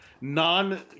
non